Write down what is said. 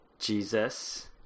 Jesus